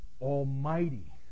Almighty